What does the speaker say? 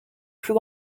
plus